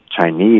Chinese